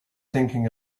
thinking